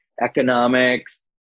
economics